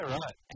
right